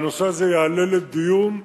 והנושא הזה יעלה לדיון,